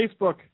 Facebook